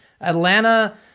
Atlanta